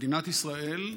מדינת ישראל,